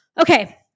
Okay